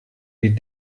die